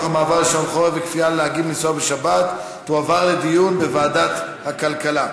המעבר לשעון שבת וכפיית נהגים לנסוע בשבת תועבר לדיון בוועדת הכלכלה.